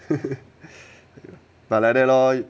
but like that lah